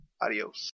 Adios